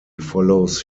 follows